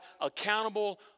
accountable